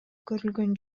көрүлгөн